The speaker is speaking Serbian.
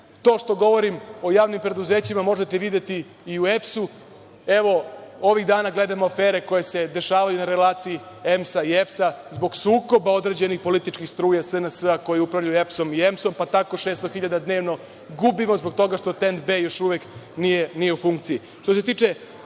To što govorim o javnim preduzećima možete videti i u EPS. Ovih dana gledamo afere koje se dešavaju na relaciji EMS i EPS, zbog sukoba određenih političkih struja SNS, koje upravljaju EPS i EMS, pa tako 600.000 dnevno gubimo zbog toga što TENT B još uvek nije u funkciji. Što